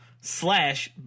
slash